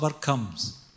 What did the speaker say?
comes